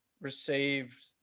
received